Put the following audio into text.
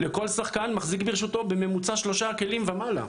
וכל שחקן מחזיק ברשותו בממוצע שלושה כלים ומעלה.